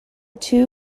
two